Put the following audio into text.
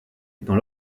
dans